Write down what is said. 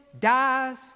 dies